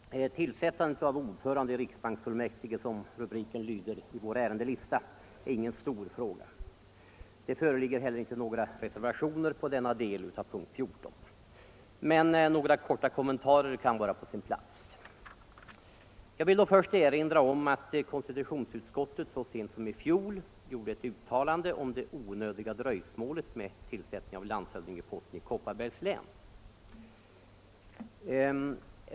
Herr talman! Tillsättandet av ordförande i riksbanksfullmäktige, som rubriken lyder i vår ärendelista, är ingen stor fråga. Det föreligger heller Jag vill först erinra om att konstitutionsutskottet så sent som i fjol 29 april 1975 gjorde ett uttalande om det onödiga dröjsmålet med tillsättningen på landshövdingeposten i Kopparbergs län.